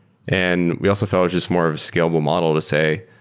and we also follow just more of a scalable model to say,